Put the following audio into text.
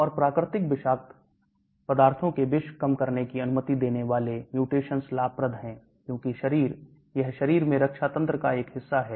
और प्राकृतिक विषाक्त पदार्थों के विष कम करने की अनुमति देने वाले mutations लाभप्रद हैं क्योंकि शरीर यह शरीर में रक्षा तंत्र का एक हिस्सा है